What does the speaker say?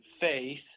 faith